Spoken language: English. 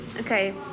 Okay